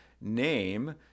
name